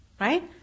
Right